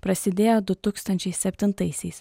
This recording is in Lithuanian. prasidėjo du tūkstančiai septintaisiais